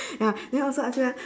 ya then also ask you ah